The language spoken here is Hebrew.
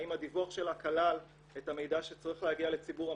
האם הדיווח שלה כלל את המידע שצריך להגיע לציבור המשקיעים.